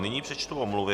Nyní přečtu omluvy.